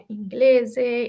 inglese